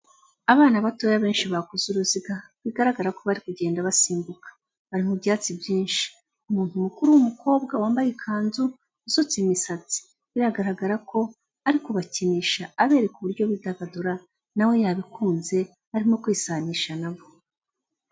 Abana batoya benshi bakoze uruziga bigaragara ko bari kugenda basimbuka, bari mu byatsi byinshi, umuntu mukuru w'umukobwa wambaye ikanzu, usutse imisatsi biragaragara ko ari kubakinisha aberereka uburyo bidagadura na we yabikunze, arimo kwisanisha na bo.